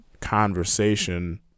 conversation